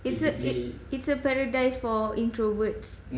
it's a it's a paradise for introverts